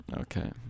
Okay